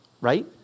right